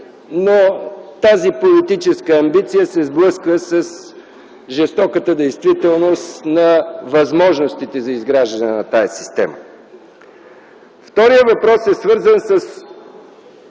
но тази политическа амбиция се сблъсква с жестоката действителност на възможностите за изграждане на тази система. Вторият въпрос е свързан със